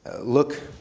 Look